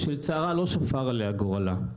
שלצערה, לא שפר עליה גורלה.